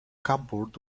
cupboard